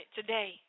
today